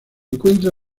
encuentra